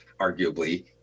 arguably